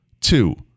Two